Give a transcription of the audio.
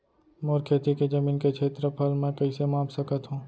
मोर खेती के जमीन के क्षेत्रफल मैं कइसे माप सकत हो?